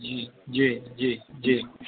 જી જી જી જી